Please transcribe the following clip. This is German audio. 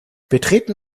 betreten